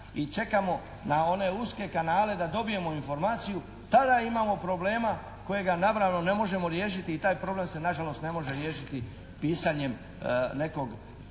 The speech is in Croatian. i čekamo na one uske kanale da dobijemo informaciju tada imamo problema kojega naravno ne možemo riješiti i taj problem se nažalost ne može riješiti pisanjem nekog